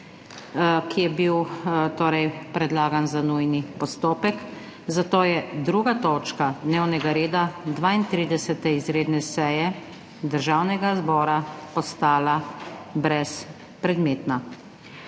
ki je bil torej predlagan za nujni postopek, zato je 2. točka dnevnega reda 32. izredne seje Državnega zbora ostala brez predmetna.